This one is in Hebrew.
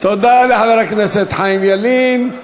תודה לחבר הכנסת חיים ילין.